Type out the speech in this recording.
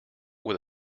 with